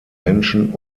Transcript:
menschen